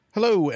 Hello